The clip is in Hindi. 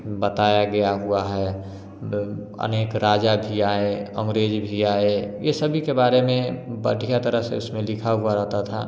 बताया गया हुआ है अनेक राजा भी आए अंग्रेज भी आए ये सभी के बारे में बढ़िया तरह से उसमें लिखा हुआ रहता था